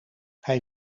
hij